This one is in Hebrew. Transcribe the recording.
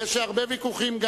יש הרבה ויכוחים.